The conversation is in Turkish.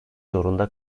zorunda